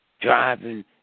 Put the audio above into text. driving